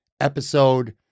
episode